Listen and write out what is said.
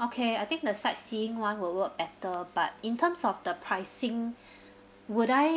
okay I think the sightseeing one will work better but in terms of the pricing would I